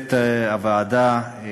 צוות הוועדה,